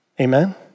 Amen